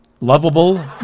Lovable